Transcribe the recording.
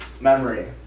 Memory